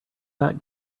that